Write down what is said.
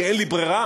כי אין לי ברירה.